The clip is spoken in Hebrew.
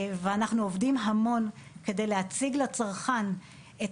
ואנחנו עובדים המון כדי להציג לצרכן את